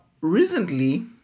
recently